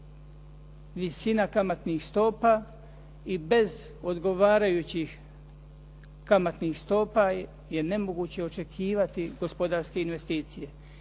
visina kamatnih stopa i bez odgovarajućih kamatnih stopa je nemoguće očekivati gospodarske investicije.